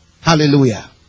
Hallelujah